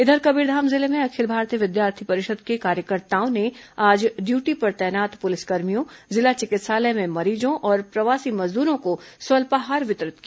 इधर कबीरधाम जिले में अखिल भारतीय विद्यार्थी परिषद के कार्यकर्ताओं ने आज ड्यूटी पर तैनात पुलिसकर्मियों जिला चिकित्सालय में मरीजों और प्रवासी मजदूरों को स्वल्पाहार वितरित किया